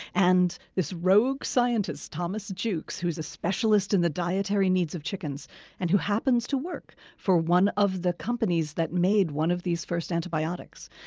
and this rogue scientist, thomas jukes, who is a specialist in the dietary needs of chickens and who happens to work for one of the companies that made one of these first antibiotics,